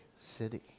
City